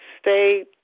stay